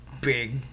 big